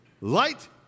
light